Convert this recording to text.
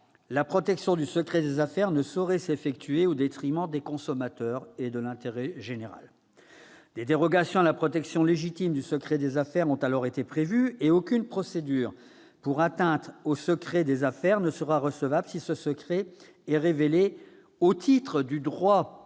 la protection du secret des affaires ne saurait s'effectuer au détriment des consommateurs et de l'intérêt général. Des dérogations à la protection légitime du secret des affaires ont ainsi été prévues, et aucune procédure pour atteinte au secret des affaires ne sera recevable si ce secret est révélé au titre du droit à la